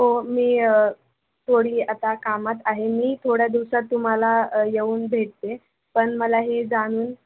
हो मी थोडी आता कामात आहे मी थोड्या दिवसात तुम्हाला येऊन भेटते पण मला हे जाणून